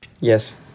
Yes